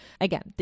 Again